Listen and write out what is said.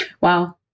Wow